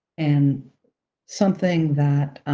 and something that,